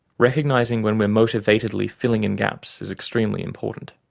recognising when we're motivatedly filling in gaps is extremely important.